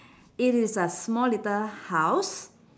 it is a small little house